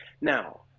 Now